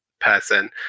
person